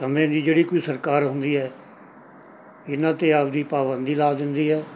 ਸਮੇਂ ਦੀ ਜਿਹੜੀ ਕੋਈ ਸਰਕਾਰ ਹੁੰਦੀ ਹੈ ਇਹਨਾਂ 'ਤੇ ਆਪਦੀ ਪਾਬੰਦੀ ਲਾ ਦਿੰਦੀ ਹੈ